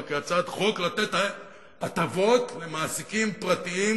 ברכה הצעת חוק לתת הטבות למעסיקים פרטיים